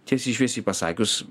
tiesiai šviesiai pasakius